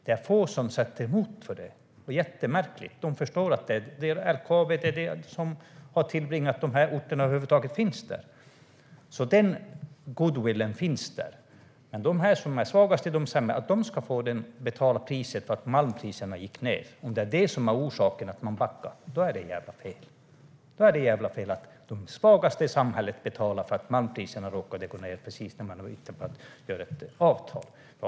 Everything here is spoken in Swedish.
Det är få som sätter sig emot det här. De förstår att det är LKAB som gör att de här orterna över huvud taget finns - det finns alltså goodwill där - men att de svagaste ska få betala priset för att malmpriserna gick ned och att man därför backar är jävligt fel. Det är jävligt fel att de svagaste i samhället betalar för att malmpriserna råkade gå ned precis när man skulle ingå ett avtal.